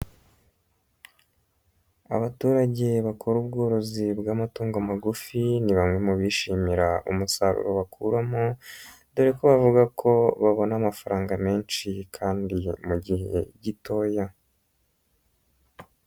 Abaturage bakora ubworozi bw'amatungo magufi, ni bamwe mu bishimira umusaruro bakuramo, dore ko bavuga ko babona amafaranga menshi kandi mu gihe gitoya.